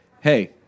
hey